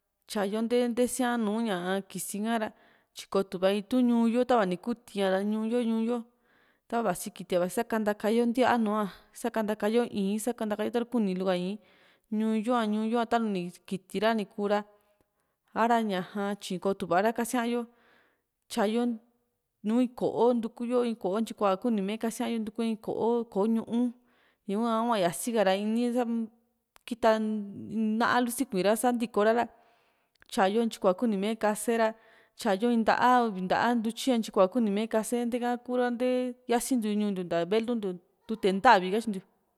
tyayo te teesiaa nùù ñaa kisi ka´ra tyi ko tuva in itu´n ñuu yo tava ni kuu ti´a ra ñuuyo ñuuyo tavaasi kiti´a sabtaka yo ntíaa nùù a sakanta ka yo ii´n sakanta ka yo taru kuu ni luu ka ii´n ñuyo´a ñuyo´a taru ni kiti ra ta ni kuu ra ha´ra ña tyi ko tuvara kasia´yo tyayo nùù ko´o ntuku yo in ko´o ntyikua kuni mee kasia yo ntuku yo in ko´o ko´o ñuu ñaha hua yasika ra ini sam kita naá lu sikui ra sa ntiiko ra tyayo intyi kua kuni mee kase ra tyayo in nta´a uvi nta´a ntutyi ntyikuaa kuni mee kase ntee ka kura yasintiu ñuu ntiu nta velu ntiu tute ntavi katyintiu